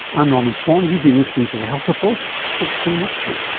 i'm norman swan, you've been listening to the health report, hope to see you next time